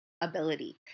ability